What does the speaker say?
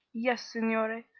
yes, signore.